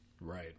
Right